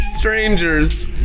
strangers